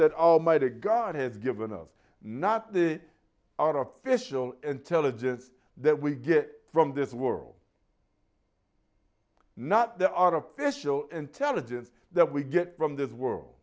that god has given us not the artificial intelligence that we get from this world not the artificial intelligence that we get from this world